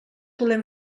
volem